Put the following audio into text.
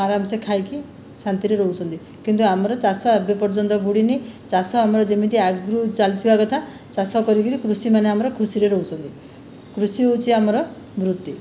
ଆରାମସେ ଖାଇକି ଶାନ୍ତିରେ ରହୁଛନ୍ତି କିନ୍ତୁ ଆମର ଚାଷ ଏବେ ପର୍ଯ୍ୟନ୍ତ ବୁଡ଼ିନାହିଁ ଚାଷ ଆମର ଯେମିତି ଆଗରୁ ଚାଲିଥିବା କଥା ଚାଷ କରିକରି କୃଷିମାନେ ଆମର ଖୁସିରେ ରହୁଛନ୍ତି କୃଷି ହେଉଛି ଆମର ବୃତ୍ତି